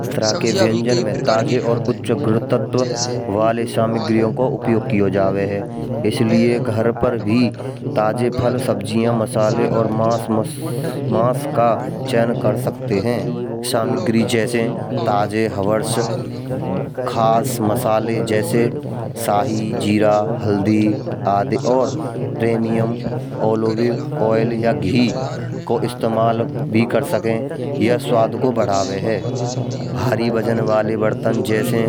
इस तरह के व्यंजन में ताज़ा और उच्च गुरुत्व वाले सामग्रियों का उपयोग किया जावे है। इसलिए घर पर भी ताज़े फल सब्जियाँ, मसाले और मांस मांस का चयन कर सकते हैं। सामग्री जैसे ताज़ा हावर्स, खास मसाले जैसे शाही, जीरा, हल्दी आदि और प्रीमियम तेल या घी को इस्तेमाल भी कर सके। यह स्वाद को बढ़ाओ है भारी वजन वाले बर्तन जैसे